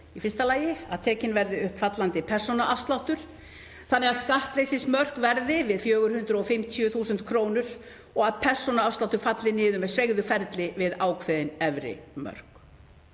í fyrsta lagi að tekinn verði upp fallandi persónuafsláttur þannig að skattleysismörk verði við 450.000 kr. og að persónuafsláttur falli niður með sveigðu ferli við ákveðin efri mörk,